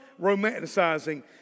romanticizing